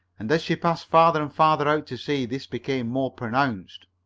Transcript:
and as she passed farther and farther out to sea this became more pronounced.